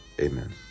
Amen